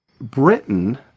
Britain